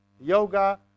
yoga